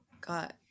got